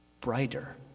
brighter